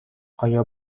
آیا